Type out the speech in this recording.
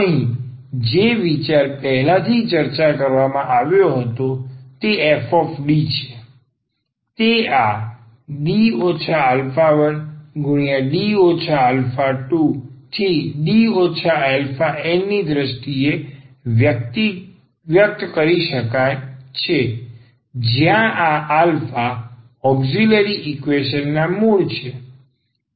અહીં જે વિચાર પહેલાથી ચર્ચા કરવામાં આવ્યો હતો તે fDછે તે આ D 1D 2⋯ ની દ્રષ્ટિએ વ્યક્ત કરી શકાય છે જ્યાં આ આલ્ફા ઔક્ષીલરી ઈકવેશન ના મૂળ છે